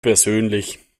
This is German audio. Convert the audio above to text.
persönlich